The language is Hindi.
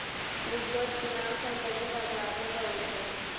ट्यूबरोज की मांग सौंदर्य बाज़ार में बहुत है